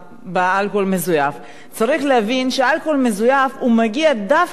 צריך להבין שאלכוהול מזויף מגיע דווקא לאוכלוסיות החלשות,